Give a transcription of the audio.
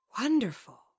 wonderful